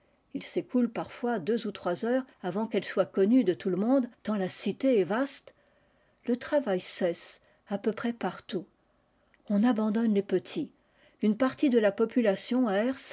il s'écoule parfois deux ou trois heures avant qu'elle soit connue de tout le monde tant la cité est vaste le travail cesse à peu près partout on abandonne petits une partie de la population